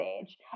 age